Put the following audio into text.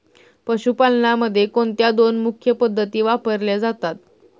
पशुपालनामध्ये कोणत्या दोन मुख्य पद्धती वापरल्या जातात?